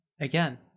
again